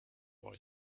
boy